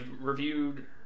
reviewed